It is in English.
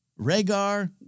Rhaegar